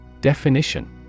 Definition